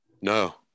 no